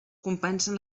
compensen